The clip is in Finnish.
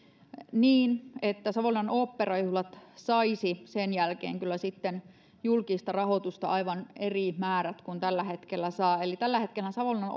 niin että savonlinnan oopperajuhlat saisivat sen jälkeen kyllä julkista rahoitusta aivan eri määrät kuin tällä hetkellä saavat eli tällä hetkellähän savonlinnan